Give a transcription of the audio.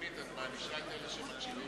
רונית, את מענישה את אלה שמעשנים עכשיו.